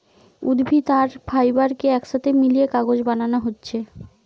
উদ্ভিদ আর ফাইবার কে একসাথে মিশিয়ে কাগজ বানানা হচ্ছে